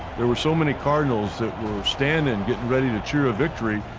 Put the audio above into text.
there were so many cardinals that were standing, and getting ready to cheer a victory,